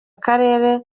karere